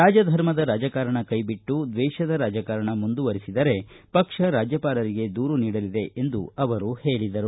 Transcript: ರಾಜಧರ್ಮದ ರಾಜಕಾರಣ ಕೈಬಿಟ್ಟು ದ್ವೇಷದ ರಾಜಕಾರಣ ಮುಂದುವರೆಸಿದರೆ ಪಕ್ಷ ರಾಜ್ಯಪಾಲರಿಗೆ ದೂರು ನೀಡಲಿದೆ ಎಂದು ಅವರು ಹೇಳಿದರು